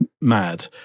mad